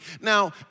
Now